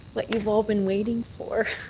what you've all been waiting for.